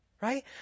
right